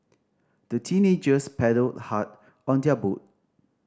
the teenagers paddled hard on their boat